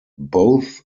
both